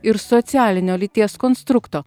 ir socialinio lyties konstrukto